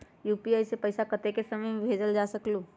UPI से पैसा कतेक समय मे भेजल जा स्कूल?